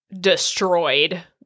destroyed